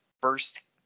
first